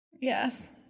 Yes